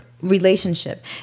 relationship